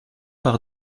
par